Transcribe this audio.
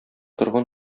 торган